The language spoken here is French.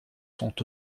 sont